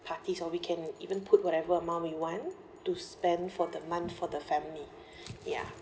parties or we can even put whatever amount we want to spend for the month for the family ya